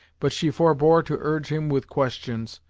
but she forbore to urge him with questions,